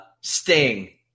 Sting